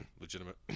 legitimate